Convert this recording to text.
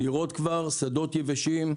לראות כבר שדות יבשים,